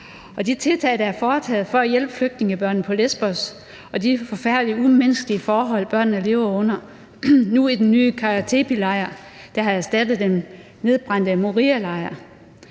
de tiltag, der er foretaget for at hjælpe flygtningebørnene på Lesbos og de forfærdelige umenneskelige forhold, som børnene lever under nu i den nye Kara Tepe-lejr, der har erstattet den nedbrændte Morialejr.